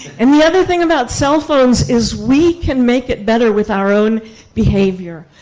and the other thing about cell phones is we can make it better with our own behavior.